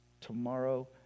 tomorrow